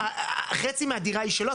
חצי מהדירה היא שלו,